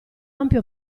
ampio